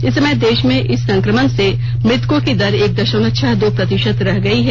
इस समय देश में इस संक्रमण से मृतकों की दर एक दशमलव छह दो प्रतिशत रह गई है